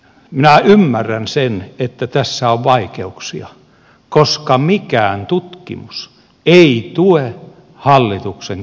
minä ymmärrän sen että tässä on vaikeuksia koska mikään tutkimus ei tue hallituksen kuntauudistuslinjaa